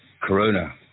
Corona